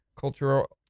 cultural